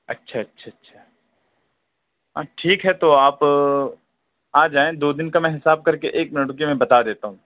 اچھا اچھا اچھا ہاں ٹھیک ہے تو آپ آ جائیں دو دِن کا میں حساب کر کے ایک منٹ رُکیے میں بتا دیتا ہوں